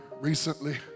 recently